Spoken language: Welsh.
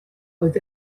oedd